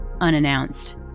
unannounced